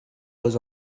was